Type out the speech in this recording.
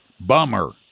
Bummer